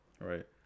Right